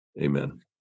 Amen